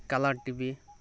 colour TV